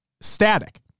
static